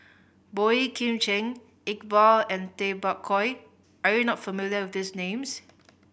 Boey Kim Cheng Iqbal and Tay Bak Koi are you not familiar with these names